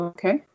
Okay